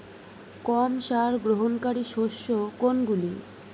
কম সার গ্রহণকারী শস্য কোনগুলি?